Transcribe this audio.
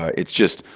it's just,